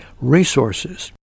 resources